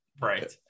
Right